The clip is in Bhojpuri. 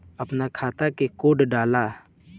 अपना खाता के कोड डाला